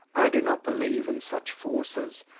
i do not believe in such forces.